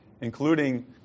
including